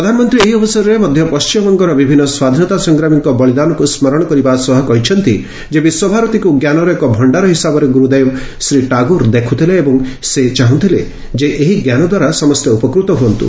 ପ୍ରଧାନମନ୍ତ୍ରୀ ଏହି ଅବସରରେ ମଧ୍ୟ ପଶ୍ଚିମବଙ୍ଗର ବିଭିନ୍ନ ସ୍ୱାଧୀନତା ସଂଗ୍ରାମୀଙ୍କ ବଳୀଦାନକୁ ସ୍ମରଣ କରିବା ସହ କହିଛନ୍ତି ଯେ ବିଶ୍ୱଭାରତୀକୁ ଜ୍ଞାନର ଏକ ଭଶ୍ତାର ହିସାବରେ ଗୁରୁଦେବ ଶ୍ରୀ ଟାଗୋର ଦେଖୁଥିଲେ ଏବଂ ସେ ଚାହୁଁଥିଲେ ଯେ ଏହି ଜ୍ଞାନ ଦ୍ୱାରା ସମସ୍ତେ ଉପକୃତ ହୁଅନ୍ତୁ